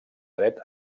dret